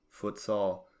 futsal